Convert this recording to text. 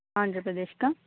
ఆంధ్రప్రదేశకా